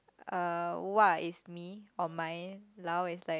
uh wa is me or mine lao is like